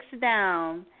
down